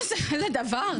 איזה דבר.